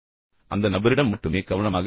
அந்த நபரிடம் மட்டுமே கவனமாக இருங்கள்